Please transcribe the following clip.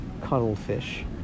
cuttlefish